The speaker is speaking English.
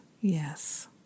yes